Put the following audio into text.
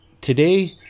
today